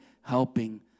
helping